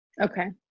okay